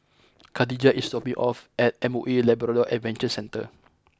Khadijah is dropping me off at M O E Labrador Adventure Centre